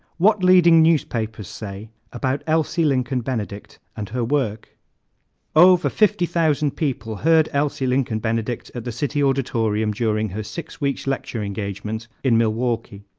what leading newspapers say about elsie lincoln benedict and her work over fifty thousand people heard elsie lincoln benedict at the city auditorium during her six weeks lecture engagement in milwaukee.